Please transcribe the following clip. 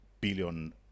billion